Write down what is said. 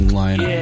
line